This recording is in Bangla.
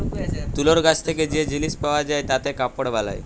তুলর গাছ থেক্যে যে জিলিস পাওয়া যায় তাতে কাপড় বালায়